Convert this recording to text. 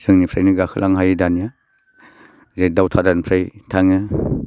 जोंनिफ्रायनो गाखोलांनो हायो दानिया जे दावधारानिफ्राय थाङो